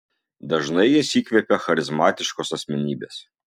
dažnai jas įkvepia charizmatiškos asmenybės